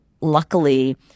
luckily